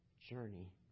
journey